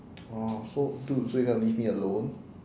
orh so dude so you're gonna leave me alone